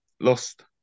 lost